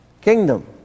kingdom